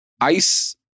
Ice